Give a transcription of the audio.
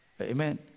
Amen